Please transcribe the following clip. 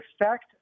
effect